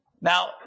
Now